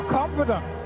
confident